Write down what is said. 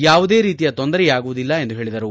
ಯಾವುದೇ ರೀತಿಯ ತೊಂದರೆಯಾಗುವುದಿಲ್ಲ ಎಂದು ಹೇಳಿದರು